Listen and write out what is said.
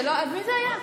אז מי זה היה?